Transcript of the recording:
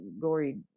gory